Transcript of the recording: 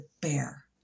bear